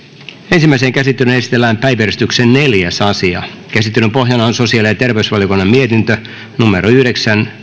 ensimmäiseen käsittelyyn esitellään päiväjärjestyksen neljäs asia käsittelyn pohjana on sosiaali ja ja terveysvaliokunnan mietintö yhdeksän